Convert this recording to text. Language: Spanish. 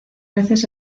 veces